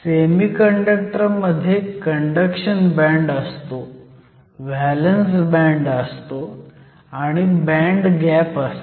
semiconductor मध्ये conduction band असतो valence band असतो आणि बँड गॅप असते